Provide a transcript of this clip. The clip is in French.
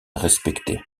respecté